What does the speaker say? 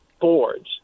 boards